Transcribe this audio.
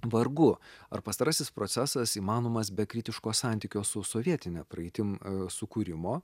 vargu ar pastarasis procesas įmanomas be kritiško santykio su sovietine praeitim sukūrimo